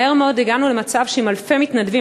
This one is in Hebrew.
מהר מאוד הגענו למצב שעם אלפי מתנדבים,